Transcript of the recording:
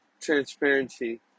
transparency